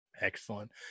Excellent